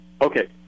Okay